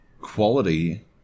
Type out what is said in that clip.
quality